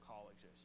colleges